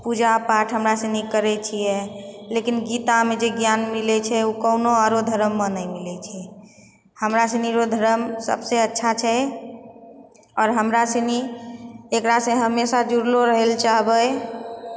पूजापाठ हमरा सुनि करै छियै लेकिन गीतामे जे ज्ञान मिलै छै ओ कोनो औरो धरममे नहि मिलै छै हमरा सुनि धरम सबसँ अच्छा छै आओर हमरा सुनि एकरासँ हमेशा जुड़लै रहै लऽ चाहबै